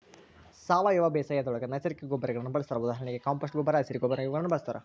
ಸಾವಯವ ಬೇಸಾಯದೊಳಗ ನೈಸರ್ಗಿಕ ಗೊಬ್ಬರಗಳನ್ನ ಬಳಸ್ತಾರ ಉದಾಹರಣೆಗೆ ಕಾಂಪೋಸ್ಟ್ ಗೊಬ್ಬರ, ಹಸಿರ ಗೊಬ್ಬರ ಇವುಗಳನ್ನ ಬಳಸ್ತಾರ